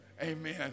amen